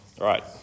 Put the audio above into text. Right